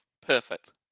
Perfect